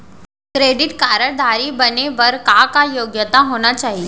Credit card धारी बने बर का का योग्यता होना चाही?